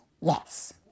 yes